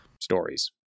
stories